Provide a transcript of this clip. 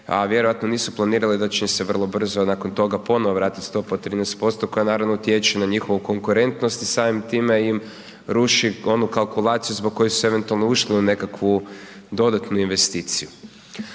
a vjerojatno nisu planirali da će im se vrlo brzo nakon toga ponovno vratiti stopa od 13% koja naravno utječe na njihovu konkurentnost i samim time im ruši onu kalkulaciju zbog koje su eventualno ušli u nekakvu dodatnu investiciju.